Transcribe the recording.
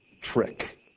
trick